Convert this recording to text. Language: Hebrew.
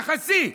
יחסי,